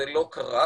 זה לא קרה.